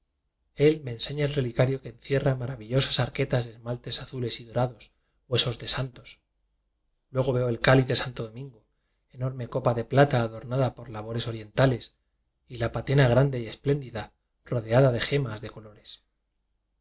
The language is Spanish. él me enseña el relicario que encierra maravi llosas arquetas de esmaltes azules y dora dos huesos de santos luego veo el cáliz de santo domingo enorme copa de plata adornada con labores orientales y la patena grande y espléndida rodeada de gemas de colores